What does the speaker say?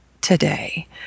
today